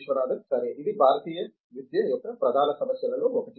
విశ్వనాథన్ సరే ఇది భారతీయ విద్య యొక్క ప్రధాన సమస్యలలో ఒకటి